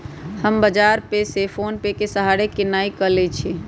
हम बजारो से फोनेपे के सहारे किनाई क लेईछियइ